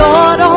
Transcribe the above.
Lord